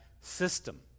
system